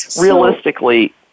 realistically